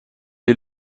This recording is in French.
est